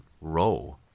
row